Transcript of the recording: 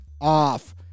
off